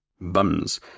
Bums